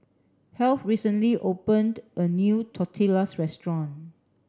Heath recently opened a new Tortillas Restaurant